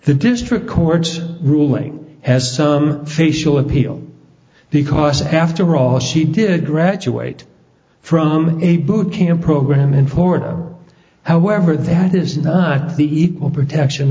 the district court ruling has some facial appeal because after all she did graduate from a boot camp program in florida however that is not the equal protection